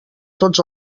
tots